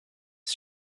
his